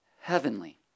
heavenly